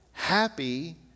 Happy